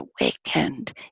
awakened